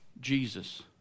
Jesus